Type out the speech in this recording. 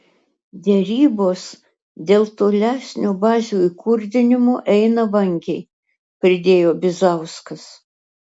derybos dėl tolesnio bazių įkurdinimo eina vangiai pridėjo bizauskas